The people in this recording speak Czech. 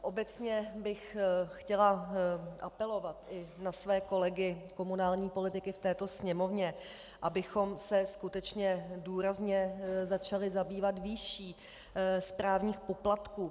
Obecně bych chtěla apelovat i na své kolegy komunální politiky v této Sněmovně, abychom se skutečně důrazně začali zabývat výší správních poplatků.